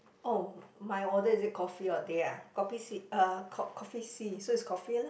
oh my order is it coffee or teh ah kopi C uh co~ coffee C so is coffee lah